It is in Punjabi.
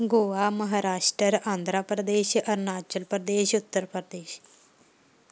ਗੋਆ ਮਹਾਰਾਸ਼ਟਰ ਆਂਧਰਾ ਪ੍ਰਦੇਸ਼ ਅਰੁਣਾਂਚਲ ਪ੍ਰਦੇਸ਼ ਉੱਤਰ ਪ੍ਰਦੇਸ਼